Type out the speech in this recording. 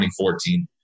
2014